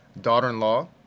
daughter-in-law